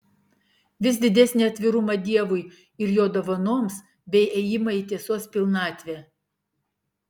vis didesnį atvirumą dievui ir jo dovanoms bei ėjimą į tiesos pilnatvę